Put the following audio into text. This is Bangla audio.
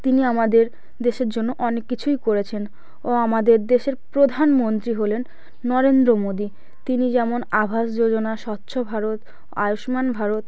তিনি আমাদের দেশের জন্য অনেক কিছুই করেছেন ও আমাদের দেশের প্রধানমন্ত্রী হলেন নরেন্দ্র মোদী তিনি যেমন আবাস যোজনা স্বচ্ছ ভারত আয়ুষ্মান ভারত